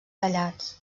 tallats